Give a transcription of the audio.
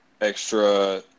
extra